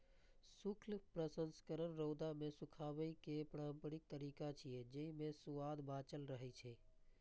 सूखल प्रसंस्करण रौद मे सुखाबै केर पारंपरिक तरीका छियै, जेइ मे सुआद बांचल रहै छै